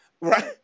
right